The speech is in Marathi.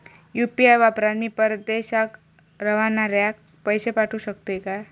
यू.पी.आय वापरान मी परदेशाक रव्हनाऱ्याक पैशे पाठवु शकतय काय?